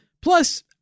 Plus